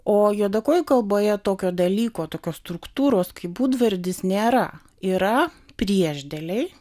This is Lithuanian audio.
o juodakojų kalboje tokio dalyko tokios struktūros kaip būdvardis nėra yra priešdėliai